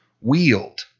wield